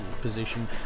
position